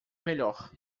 melhor